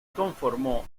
conformó